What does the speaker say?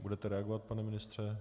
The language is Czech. Budete reagovat, pane ministře?